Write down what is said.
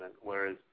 whereas